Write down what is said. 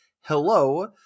hello